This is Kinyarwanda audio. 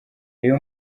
iyo